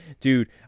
dude